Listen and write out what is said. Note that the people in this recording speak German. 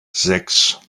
sechs